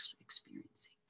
experiencing